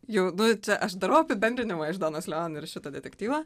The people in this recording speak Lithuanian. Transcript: jau nu čia aš darau apibendrinimą iš donos leon ir šito detektyvo